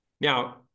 Now